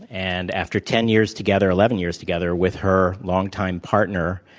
and after ten years together eleven years together with her longtime partner,